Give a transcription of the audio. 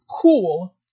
cool